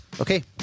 Okay